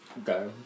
Okay